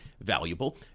valuable